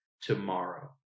tomorrow